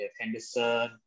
Henderson